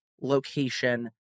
location